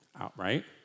Outright